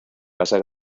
pasa